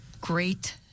great